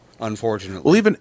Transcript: unfortunately